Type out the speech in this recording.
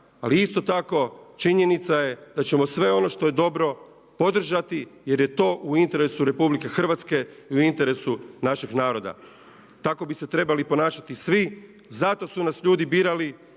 Ali isto tako činjenica je da ćemo sve ono što je dobro podržati jer je to u interesu Republike Hrvatske i u interesu našeg naroda. Tako bi se trebali ponašati svi. Zato su nas ljudi birali